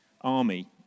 army